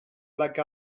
like